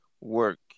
work